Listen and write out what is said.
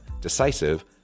decisive